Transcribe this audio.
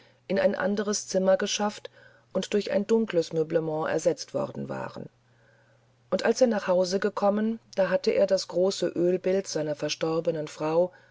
in ein anderes zimmer geschafft und durch ein dunkles meublement ersetzt worden waren und als er nach hause gekommen da hatte er das große oelbild seiner verstorbenen frau